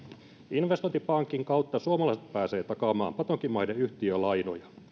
investointipankin kautta suomalaiset pääsevät takaamaan patonkimaiden yhtiölainoja